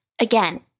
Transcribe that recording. again